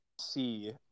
see